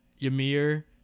Ymir